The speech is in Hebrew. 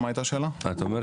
אין לנו